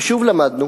ושוב למדנו